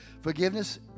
Forgiveness